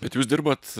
bet jūs dirbat